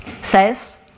says